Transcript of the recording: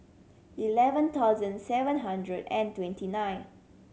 eleven thousand seven hundred and twenty nine